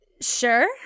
Sure